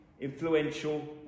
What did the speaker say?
influential